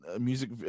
music